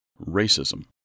Racism